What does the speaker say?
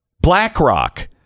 BlackRock